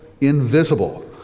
invisible